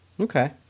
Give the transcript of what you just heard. Okay